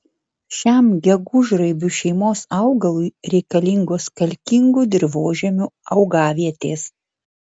šiam gegužraibinių šeimos augalui reikalingos kalkingų dirvožemių augavietės